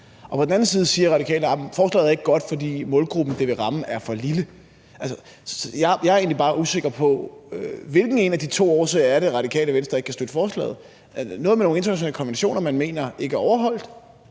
På den anden side siger Radikale, at forslaget ikke er godt, fordi målgruppen, det vil ramme, er for lille. Jeg er egentlig bare usikker på, ud fra hvilken af de to årsager det er, Radikale Venstre ikke kan støtte forslaget. Er det noget med nogle internationale konventioner, man mener ikke er overholdt